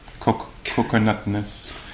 coconutness